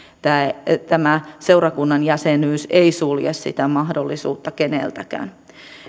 tämä tämä seurakunnan jäsenyys ei sulje sitä mahdollisuutta keneltäkään